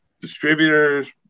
distributors